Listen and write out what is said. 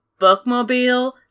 bookmobile